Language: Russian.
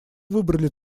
выбрали